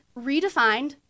redefined